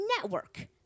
network